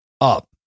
up